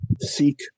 seek